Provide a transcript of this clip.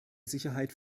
sicherheit